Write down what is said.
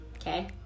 Okay